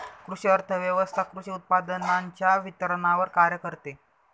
कृषी अर्थव्यवस्वथा कृषी उत्पादनांच्या वितरणावर कार्य करते